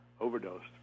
overdosed